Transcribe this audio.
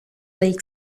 lake